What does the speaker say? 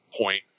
point